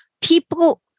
People